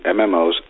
MMOs